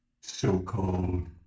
so-called